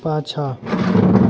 पाछाँ